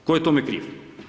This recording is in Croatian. Tko je tome kriv?